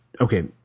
okay